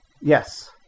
yes